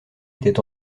était